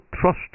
trust